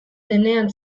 denean